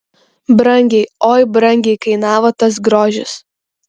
brangiai oi brangiai kainavo tas grožis